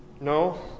No